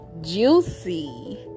juicy